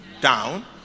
down